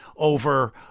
over